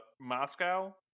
Moscow